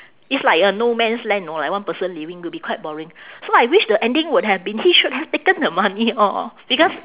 it's like a no man's land know like one person living will be quite boring so I wish the ending would have been he should have taken the money orh because